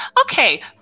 okay